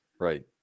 Right